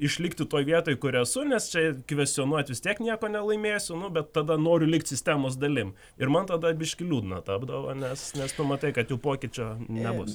išlikti toj vietoj kur esu nes čia kvestionuot vis tiek nieko nelaimėsiu nu bet tada noriu likt sistemos dalim ir man tada biškį liūdna tapdavo nes nes tu matai kad jau pokyčio nebus